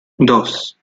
dos